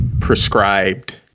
prescribed